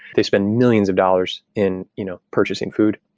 they spend millions of dollars in you know purchasing food,